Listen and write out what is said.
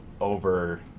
over